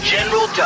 General